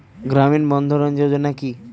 গ্রামীণ বন্ধরন যোজনা কি?